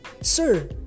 Sir